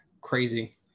crazy